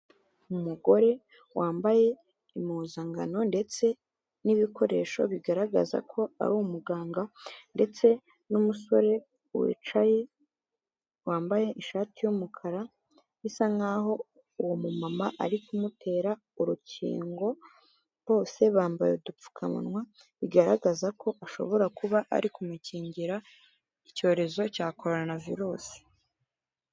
Umugore wambaye impuzangano ndetse n'ibikoresho bigaragaza ko ari umuganga, ndetse n'umusore wicaye wambaye ishati y'umukara bisa nkaho uwo mumama ari kumutera urukingo, bose bambaye udupfukamunwa bigaragaza ko ashobora kuba ari kumukingira icyorezo cya koronavirusi.